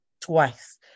twice